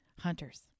Hunters